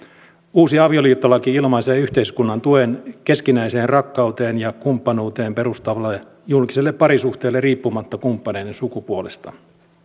uusi avioliittolaki ilmaisee yhteiskunnan tuen keskinäiseen rakkauteen ja kumppanuuteen perustuvalle julkiselle parisuhteelle riippumatta kumppaneiden sukupuolesta